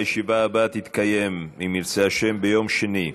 הישיבה הבאה תתקיים, אם ירצה השם, ביום שני,